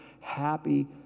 happy